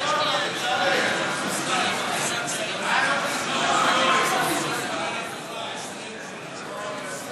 הצעת חוק משפחות חיילים שנספו במערכה (תגמולים ושיקום)